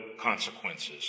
consequences